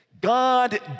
God